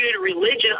religion